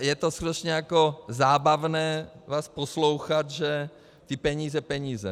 Je to jako zábavné vás poslouchat, že ty peníze, peníze.